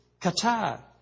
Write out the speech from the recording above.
kata